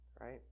right